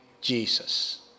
Jesus